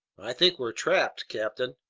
i think we're trapped, captain.